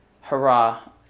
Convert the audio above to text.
hurrah